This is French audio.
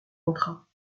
rentra